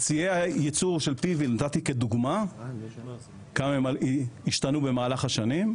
את שיאי היצור של PV נתתי כדוגמה כמה הם השתנו במהלך השנים.